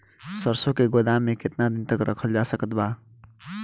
सरसों के गोदाम में केतना दिन तक रखल जा सकत बा?